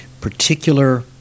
particular